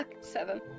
Seven